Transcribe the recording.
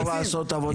אפשר לעשות עבודה